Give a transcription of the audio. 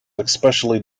especially